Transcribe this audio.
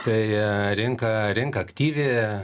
tai rinka rinka aktyvi